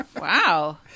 wow